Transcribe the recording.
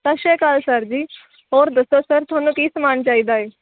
ਸਤਿ ਸ਼੍ਰੀ ਅਕਾਲ ਸਰ ਜੀ ਹੋਰ ਦੱਸੋ ਸਰ ਤੁਹਾਨੂੰ ਕੀ ਸਮਾਨ ਚਾਹੀਦਾ ਹੈ